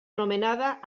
anomenada